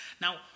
Now